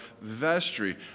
vestry